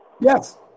Yes